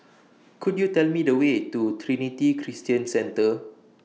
Could YOU Tell Me The Way to Trinity Christian Centre